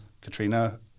Katrina